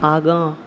आगाँ